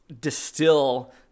distill